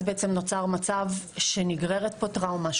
נוצר אז מצב שנגררת פה טראומה,